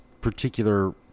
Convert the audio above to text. particular